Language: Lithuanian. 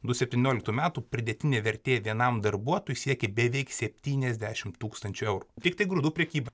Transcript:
du septynioliktų metų pridėtinė vertė vienam darbuotojui siekė beveik septyniasdešimt tūkstančių eurų tiktai grūdų prekyba